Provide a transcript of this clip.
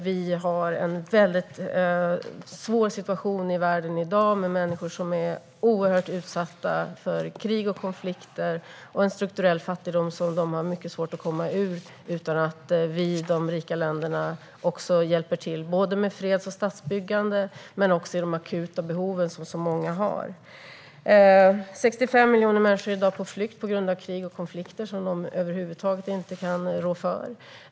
Vi har en mycket svår situation i världen i dag med människor som är oerhört utsatta för krig och konflikter och en strukturell fattigdom som de har mycket svårt att komma ur om inte de rika länderna hjälper till med både freds och statsbyggande och de akuta behov som så många har. 65 miljoner människor är i dag på flykt på grund av krig och konflikter som de över huvud taget inte rår för.